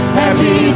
happy